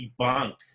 debunk